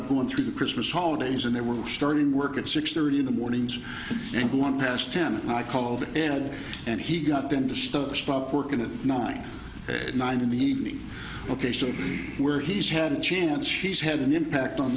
up going through the christmas holidays and they were starting work at six thirty in the mornings and one past him and i called ed and he got them to start working at nine nine in the evening ok show me where he's had a chance he's had an impact on